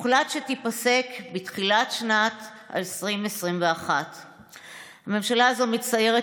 הוחלט שתיפסק בתחילת שנת 2021. הממשלה הזאת מצטיירת